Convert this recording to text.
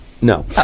No